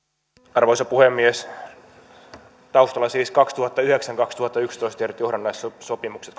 arvoisa puhemies taustalla ovat siis kaksituhattayhdeksän viiva kaksituhattayksitoista tehdyt johdannaissopimukset